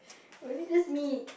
was it just me